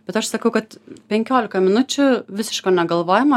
bet aš sakau kad penkiolika minučių visiško negalvojamo